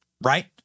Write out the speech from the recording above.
right